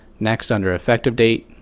next, under effective date,